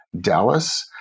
Dallas